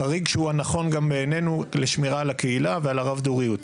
החריג שהוא הנכון גם בעינינו לשמירה על הקהילה ועל הרב דוריות.